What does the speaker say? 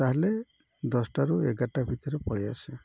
ତାହେଲେ ଦଶଟାରୁ ଏଗାରଟା ଭିତରେ ପଳାଇ ଆସେ